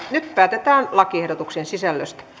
nyt päätetään lakiehdotuksen sisällöstä